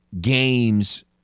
games